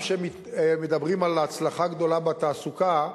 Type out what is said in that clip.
גם כשמדברים על הצלחה גדולה בתעסוקה,